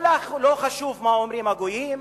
או: לא חשוב מה אומרים הגויים,